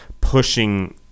pushing